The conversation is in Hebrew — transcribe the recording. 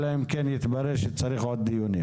אלא אם כן יתברר שצריך עוד דיון.